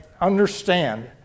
understand